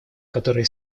которые